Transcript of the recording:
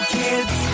kids